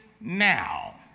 now